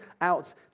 out